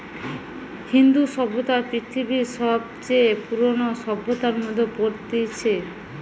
ইন্দু সভ্যতা পৃথিবীর সবচে পুরোনো সভ্যতার মধ্যে পড়তিছে